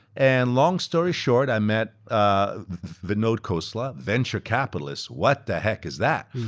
and long story short, i met ah vinod khosla, venture capitalist, what the heck is that?